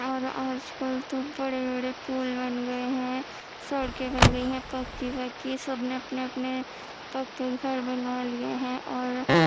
اور آج کل تو بڑے بڑے پل بن گئے ہیں سڑکیں بن گئی ہیں پکی پکی سب نے اپنے اپنے پکے گھر بنوا لیے ہیں اور